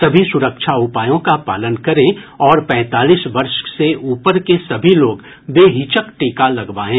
सभी सुरक्षा उपायों का पालन करें और पैंतालीस वर्ष से ऊपर के सभी लोग बेहिचक टीका लगवाएं